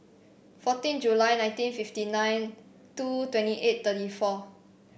fourteen July nineteen fifty nine two twenty eight thirty four